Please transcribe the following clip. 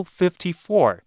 54